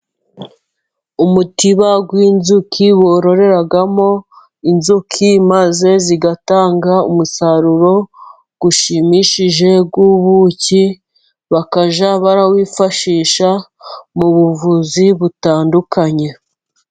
Umutiba w'inzuki bororeramo inzuki, maze zitanga umusaruro ushimishije w'ubuki, bakajya barawifashisha mu buvuzi butandukanye.